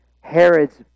Herod's